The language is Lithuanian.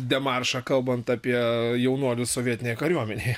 demaršą kalbant apie jaunuolius sovietinėje kariuomenėje